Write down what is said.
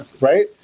Right